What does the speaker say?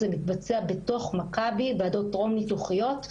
זה מתבצע בתוך מכבי, ועדות טרום ניתוחיות.